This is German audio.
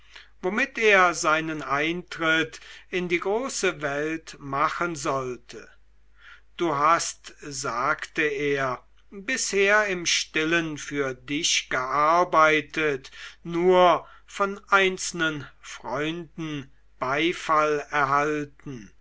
womit er seinen eintritt in die große welt machen sollte du hast sagte er bisher im stillen für dich gearbeitet nur von einzelnen freunden beifall erhalten